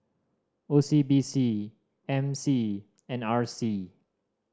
O C B C M C and R C